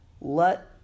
let